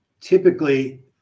Typically